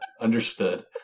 understood